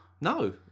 No